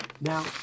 Now